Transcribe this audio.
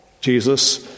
Jesus